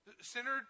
Centered